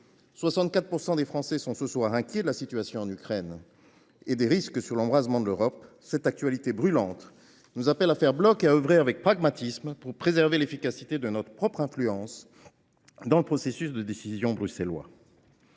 64 % des Français s’inquiètent de la situation en Ukraine et des risques d’embrasement de l’Europe. Cette actualité brûlante nous appelle à faire bloc et à œuvrer avec pragmatisme pour préserver l’efficacité de notre propre influence dans le processus de décision bruxellois.